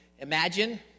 Imagine